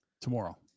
tomorrow